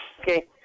Okay